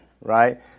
right